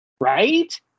Right